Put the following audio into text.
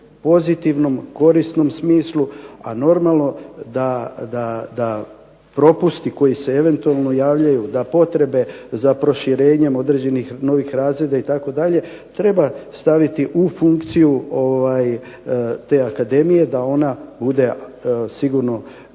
pozitivnom korisnom smislu. A normalno da propusti koji se eventualno javljaju, potrebe za proširenjem određenih novih razreda itd. treba staviti u funkciju te akademije, da ona bude sigurno